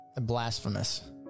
blasphemous